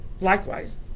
Likewise